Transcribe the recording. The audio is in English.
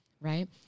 right